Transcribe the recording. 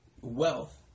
wealth